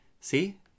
See